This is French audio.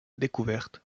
découverte